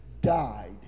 died